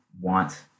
want